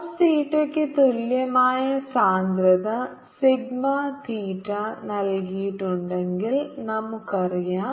cos തീറ്റയ്ക്ക് തുല്യമായ സാന്ദ്രത സിഗ്മ തീറ്റ നൽകിയിട്ടുണ്ടെങ്കിൽ നമുക്കറിയാം